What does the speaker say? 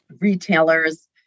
retailers